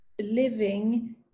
living